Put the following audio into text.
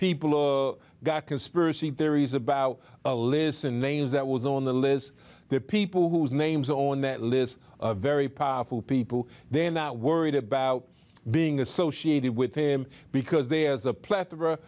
people got conspiracy theories about a listen names that was on the list the people whose names are on that list very powerful people they are now worried about being associated with him because there's a plethora